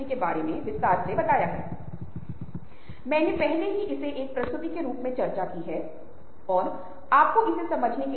या अगर आप 2011 में हुए लंदन दंगों को देख रहे हैं तो यह अनिवार्य रूप से ट्वीट्स के माध्यम से सामने आता है